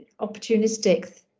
opportunistic